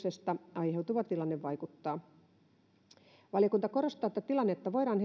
aiheutuva tilanne vaikuttaa valiokunta korostaa että tilannetta voidaan